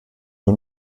nur